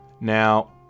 Now